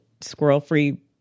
squirrel-free